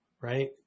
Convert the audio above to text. right